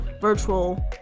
virtual